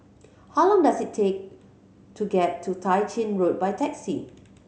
how long does it take to get to Tah Ching Road by taxi